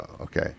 okay